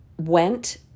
went